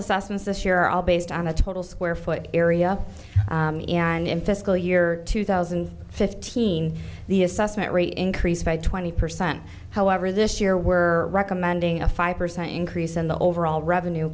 assessments this year are all based on a total square foot area and in fiscal year two thousand and fifteen the assessment rate increased by twenty percent however this year we're recommending a five percent increase in the overall revenue